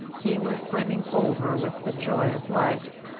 he was brimming over with the joy of life!